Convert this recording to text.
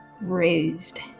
raised